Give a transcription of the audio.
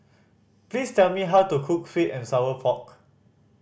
please tell me how to cook sweet and sour pork